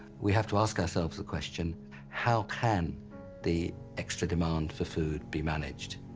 we have to ask ourselves the question how can the extra demand for food be managed?